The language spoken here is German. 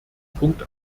punkt